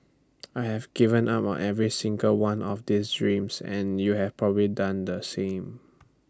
I've given up on every single one of these dreams and you've probably done the same